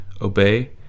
obey